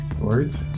right